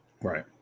Right